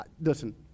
Listen